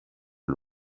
all